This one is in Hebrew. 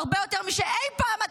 דוקטור הרבה יותר משאתה תהיה אי פעם,